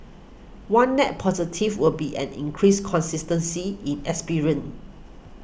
one net positive will be an increased consistency in experience